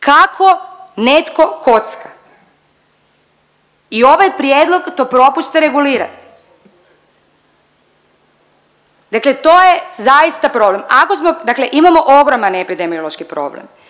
kako netko kocka i ovaj prijedlog to propušta regulirati, dakle to je zaista problem. Ako smo, dakle imamo ogroman epidemiološki problem,